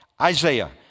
Isaiah